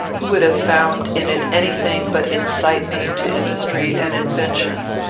who would have found in it any thing but incitements to industry and invention.